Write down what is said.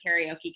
karaoke